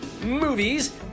movies